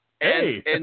hey